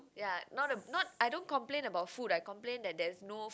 ya not a not I don't complain about food I complain that there's no